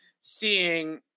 seeing